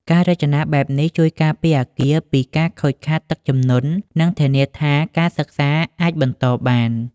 ការរចនាបែបនេះជួយការពារអគារពីការខូចខាតទឹកជំនន់ និងធានាថាការសិក្សាអាចបន្តបាន។